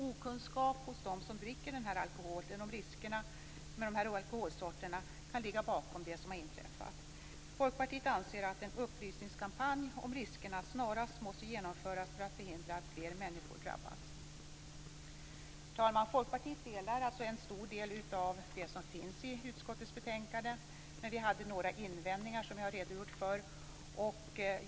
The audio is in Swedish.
Okunskap om riskerna hos dem som dricker dessa alkoholsorter kan ligga bakom det som har inträffat. Folkpartiet anser att en upplysningskampanj om riskerna snarast måste genomföras för att förhindra att fler människor drabbas. Herr talman! Folkpartiet instämmer alltså i en stor del av det som finns i utskottets betänkande, men vi hade några invändningar som jag har redogjort för.